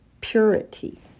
purity